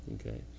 Okay